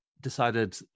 Decided